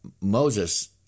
Moses